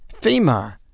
FEMA